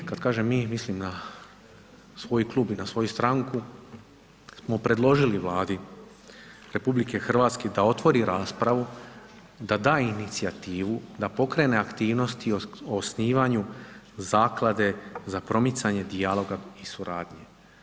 Mi, kad kažem mi, mislim na svoj klub i na svoju stranku, smo predložili Vladi RH da otvori raspravu, da da inicijativu da pokrene aktivnosti o osnivanju zaklade za promicanje dijaloga i suradnje.